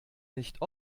nicht